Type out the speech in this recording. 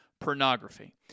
pornography